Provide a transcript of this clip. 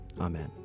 Amen